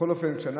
בכל אופן, אנחנו